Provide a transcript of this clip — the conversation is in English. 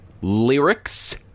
Lyrics